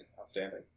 Outstanding